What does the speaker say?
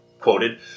quoted